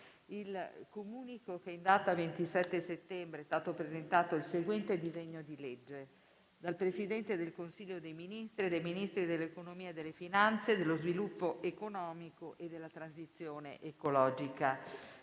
Comunico che in data 27 settembre 2021, è stato presentato il seguente disegno di legge: dal Presidente del Consiglio dei ministri e dai Ministri dell’economia e delle finanze, dello sviluppo economico e della transizione ecologica: